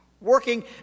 working